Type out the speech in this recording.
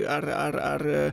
ar ar ar